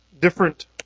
different